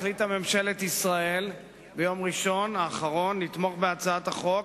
החליטה ממשלת ישראל ביום ראשון האחרון לתמוך בהצעת החוק